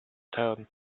town